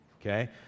okay